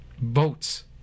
votes